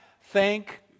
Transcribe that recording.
thank